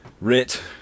Rit